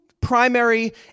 primary